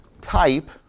type